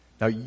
Now